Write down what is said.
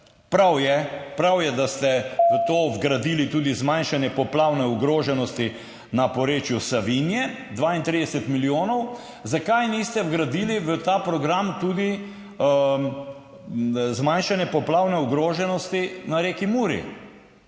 Prav je, da ste v to vgradili tudi zmanjšanje poplavne ogroženosti na porečju Savinje, 32 milijonov. Zakaj niste vgradili v ta program tudi zmanjšanja poplavne ogroženosti na reki Muri?